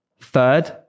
Third